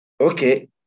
Okay